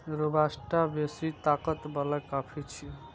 robusta बेसी ताकत बला कॉफी छियै